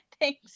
Thanks